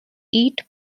eat